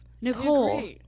Nicole